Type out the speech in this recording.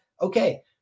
Okay